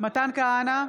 מתן כהנא,